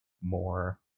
more